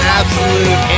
absolute